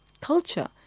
culture